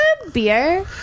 beer